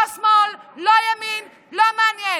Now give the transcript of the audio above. לא שמאל, לא ימין, לא מעניין.